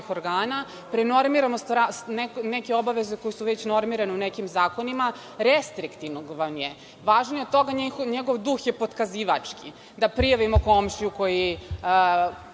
organa. Prenormiranost, rast neke obaveze koje su već normirane u nekim zakonima. Restriktivno vam je. Važnije od toga, njegov duh je potkazivački, da prijavimo komšiju u čijem